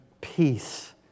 peace